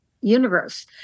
universe